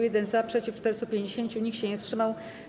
1 - za, przeciw - 450, nikt się nie wstrzymał.